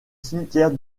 cimetière